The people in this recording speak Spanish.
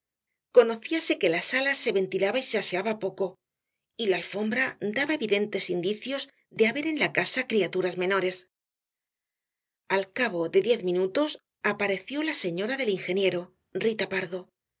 semejantes conocíase que la sala se ventilaba y aseaba poco y la alfombra daba evidentes indicios de haber en la casa criaturas menores al cabo de diez minutos apareció la señora del ingeniero rita pardo